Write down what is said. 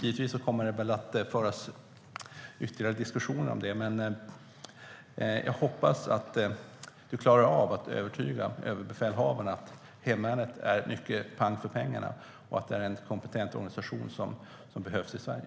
Givetvis kommer det att föras ytterligare diskussioner, men jag hoppas att försvarsministern klarar av att övertyga överbefälhavaren om att hemvärnet är mycket pang för pengarna, det vill säga en kompetent organisation som behövs i Sverige.